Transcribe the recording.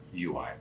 UI